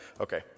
Okay